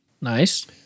Nice